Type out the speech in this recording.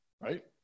Right